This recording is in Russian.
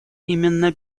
именно